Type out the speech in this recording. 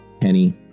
Penny